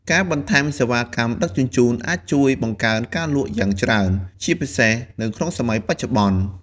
ការបន្ថែមសេវាកម្មដឹកជញ្ជូនអាចជួយបង្កើនការលក់យ៉ាងច្រើន ជាពិសេសនៅសម័យបច្ចុប្បន្ន។